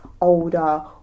older